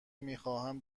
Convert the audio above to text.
میخواهم